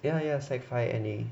ya ya sec five N_A